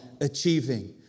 achieving